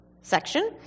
section